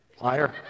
liar